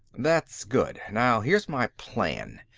that's good. now, here's my plan.